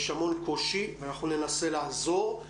יש המון קושי ואנחנו ננסה לעזור.